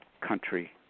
country